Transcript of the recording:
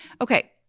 Okay